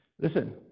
Listen